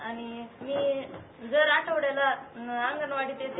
आणि मी जर आठवड्याला अंगणवाडीला येते